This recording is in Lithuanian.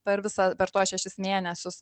per visą per tuos šešis mėnesius